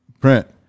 print